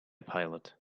pilot